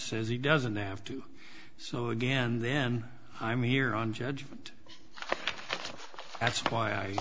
says he doesn't have to so again then i'm here on judgment that's why i